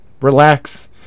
relax